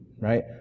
right